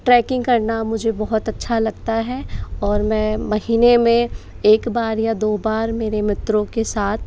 trekking करना मुझे बहुत अच्छा लगता है और मैं महीने में एक बार या दो बार मेरे मित्रों के साथ